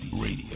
Radio